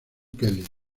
kelly